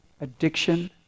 addiction